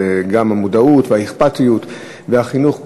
וגם מודעות ואכפתיות והחינוך,